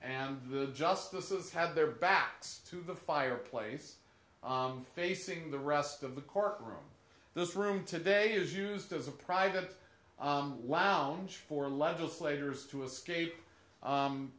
and the justices had their backs to the fireplace facing the rest of the court room this room today is used as a private lounge for legislators to escape